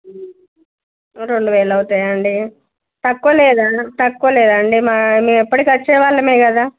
రెండు వేలు అవుతాయా అండి తక్కువ లేదా తక్కువ లేదా అండి మేము ఎప్పటికి వచ్చే వాళ్ళమే కదా